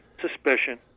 suspicion